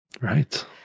Right